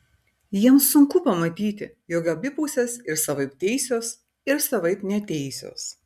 jiems sunku pamatyti jog abi pusės ir savaip teisios ir savaip neteisios